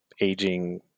aging